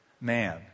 man